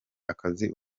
akazi